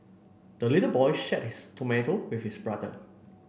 the little boy shared his tomato with his brother